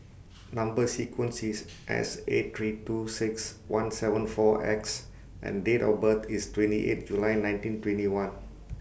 Number sequence IS S eight three two six one seven four X and Date of birth IS twenty eight July nineteen twenty one